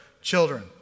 children